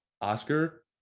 Oscar